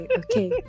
okay